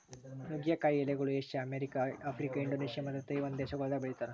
ನುಗ್ಗೆ ಕಾಯಿ ಎಲಿಗೊಳ್ ಏಷ್ಯಾ, ಅಮೆರಿಕ, ಆಫ್ರಿಕಾ, ಇಂಡೋನೇಷ್ಯಾ ಮತ್ತ ತೈವಾನ್ ದೇಶಗೊಳ್ದಾಗ್ ಬೆಳಿತಾರ್